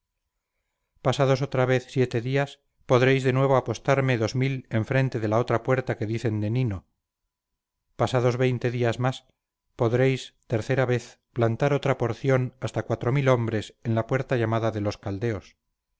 semíramis pasados otra vez siete días podréis de nuevo apostarme dos mil enfrente de la otra puerta que dicen de nino pasados veinte días más podréis tercera vez plantar otra porción hasta cuatro mil hombres en la puerta llamada de los caldeos